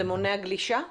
זה מונע גלישה בחופים?